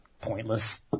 pointless